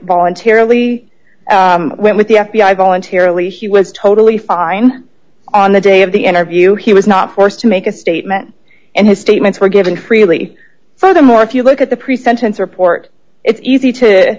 voluntarily went with the f b i voluntarily he was totally fine on the day of the interview he was not forced to make a statement and his statements were given freely furthermore if you look at the pre sentence report it's easy to